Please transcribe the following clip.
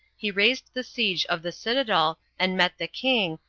he raised the siege of the citadel, and met the king,